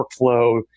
workflow